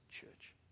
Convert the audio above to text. Church